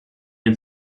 had